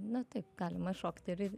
na taip galima šokti ir į